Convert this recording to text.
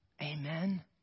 amen